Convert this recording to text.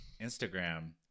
Instagram